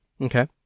Okay